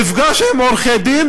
מפגש עם עורכי-דין